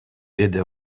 деди